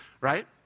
right